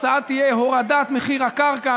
התוצאה תהיה הורדת מחיר הקרקע,